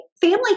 family